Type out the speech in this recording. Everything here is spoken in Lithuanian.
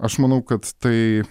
aš manau kad tai